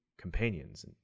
companions